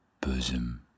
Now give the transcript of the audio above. bosom